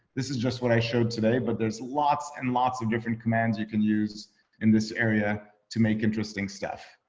this is just what i showed today. but there's lots and lots of different commands you can use in this area to make interesting stuff.